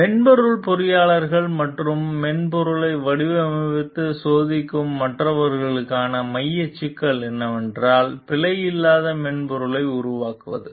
மென்பொருள் பொறியாளர்கள் மற்றும் மென்பொருளை வடிவமைத்து சோதிக்கும் மற்றவர்களுக்கான மைய சிக்கல் என்னவென்றால் பிழை இல்லாத மென்பொருளை உருவாக்குவது